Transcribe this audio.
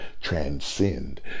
transcend